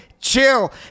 chill